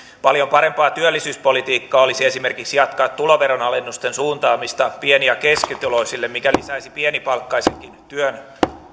paljon parempaa työllisyyspolitiikkaa olisi esimerkiksi jatkaa tuloveronalennusten suuntaamista pieni ja keskituloisille mikä lisäisi pienipalkkaisenkin työn